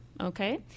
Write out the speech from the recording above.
Okay